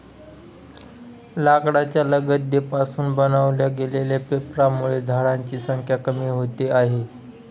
लाकडाच्या लगद्या पासून बनवल्या गेलेल्या पेपरांमुळे झाडांची संख्या कमी होते आहे